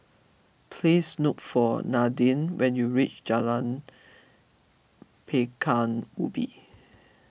please look for Nadine when you reach Jalan Pekan Ubin